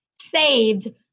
saved